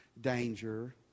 danger